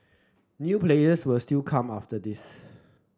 new players will still come after this